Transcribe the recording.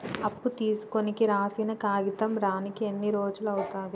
అప్పు తీసుకోనికి రాసిన కాగితం రానీకి ఎన్ని రోజులు అవుతది?